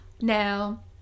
Now